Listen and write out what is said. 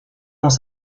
dans